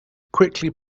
quickly